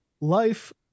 life